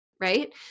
right